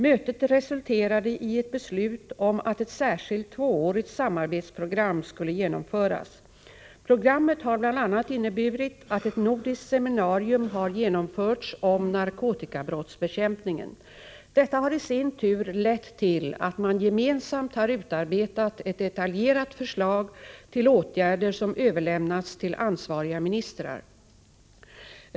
Mötet resulterade i ett beslut om att ett särskilt tvåårigt samarbetsprogram skulle genomföras. Programmet har bl.a. inneburit att ett nordiskt seminarium har genomförts om narkotikabrottsbekämpningen. Detta har i sin tur lett till att man gemensamt har utarbetet ett detaljerat förslag till åtgärder som överlämnats till ansvariga ministrar.